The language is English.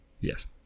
Yes